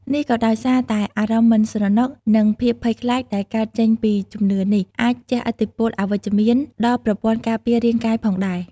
នេះក៏ដោយសារតែអារម្មណ៍មិនស្រណុក និងភាពភ័យខ្លាចដែលកើតចេញពីជំនឿនេះ អាចជះឥទ្ធិពលអវិជ្ជមានដល់ប្រព័ន្ធការពាររាងកាយផងដែរ។